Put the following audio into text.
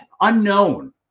unknown